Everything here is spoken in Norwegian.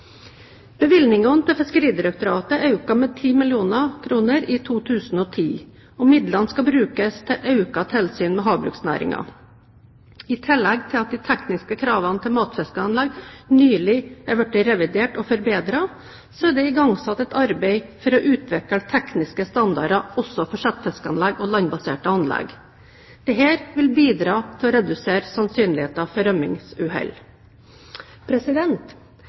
Bevilgningene til Fiskeridirektoratet er økt med 10 mill. kr i 2010. Midlene skal brukes til økt tilsyn med havbruksnæringen. I tillegg til at de tekniske kravene til matfiskanlegg nylig er blitt revidert og forbedret, er det igangsatt et arbeid for å utvikle tekniske standarder også for settefiskanlegg og landbaserte anlegg. Dette vil bidra til å redusere sannsynligheten for rømmingsuhell.